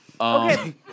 Okay